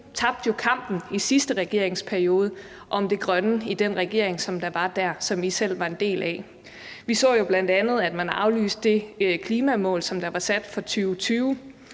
tabte jo i sidste regeringsperiode kampen om det grønne i den regering, som var der, og som I selv var en del af. Vi så bl.a., at man aflyste det klimamål, som var sat for 2020,